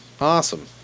Awesome